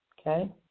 Okay